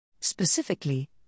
Specifically